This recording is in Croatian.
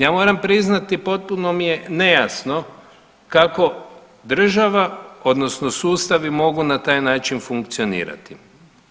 Ja moram priznati potpuno mi je nejasno kako država, odnosno sustavi mogu na taj način funkcionirati.